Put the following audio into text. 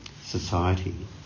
society